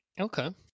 okay